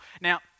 Now